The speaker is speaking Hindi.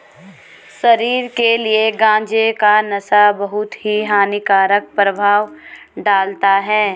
शरीर के लिए गांजे का नशा बहुत ही हानिकारक प्रभाव डालता है